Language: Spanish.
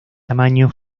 tamaño